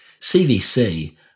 CVC